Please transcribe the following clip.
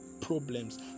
problems